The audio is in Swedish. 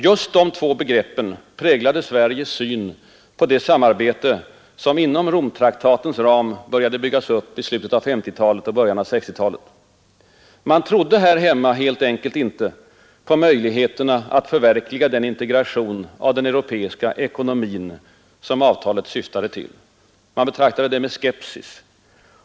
Just de två begreppen präglade Sveriges syn på det samarbete, som inom Romtraktatens ram började byggas upp i slutet av 1950-talet och början av 1960-talet. Man trodde helt enkelt inte på möjligheterna att förverkliga den integration av den europeiska ekonomin, som avtalet syftade till. Man betraktade den med skepsis.